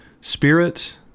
Spirit